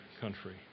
country